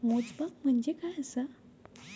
मोजमाप म्हणजे काय असा?